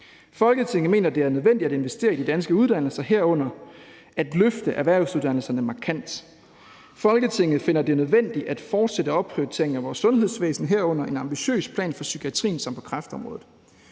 Folketinget mener, det er nødvendigt at investere i de danske uddannelser, herunder at løfte erhvervsuddannelserne markant. Folketinget finder det nødvendigt at fortsætte opprioriteringen af vores sundhedsvæsen, herunder en ambitiøs plan for psykiatrien og på kræftområdet.